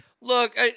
look